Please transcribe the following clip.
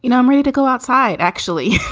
you know i'm ready to go outside. actually,